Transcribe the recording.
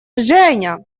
женя